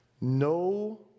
No